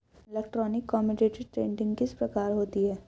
Electronic commodity trading किस प्रकार होती है?